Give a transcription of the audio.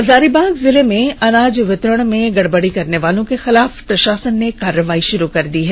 हजारीबाग जिले में अनाज वितरण में गड़बड़ी करने वालों के खिलाफ प्रषासन ने कार्रवाई शुरू कर दी है